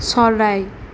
চৰাই